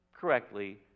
correctly